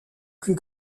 plus